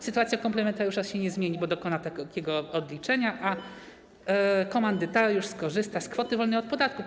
Sytuacja komplementariusza się nie zmieni, bo dokona takiego odliczenia, a komandytariusz skorzysta z kwoty wolnej od podatku.